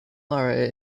lara